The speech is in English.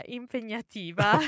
impegnativa